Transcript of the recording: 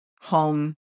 home